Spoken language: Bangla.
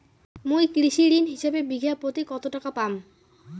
মুই কৃষি ঋণ হিসাবে বিঘা প্রতি কতো টাকা পাম?